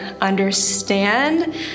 understand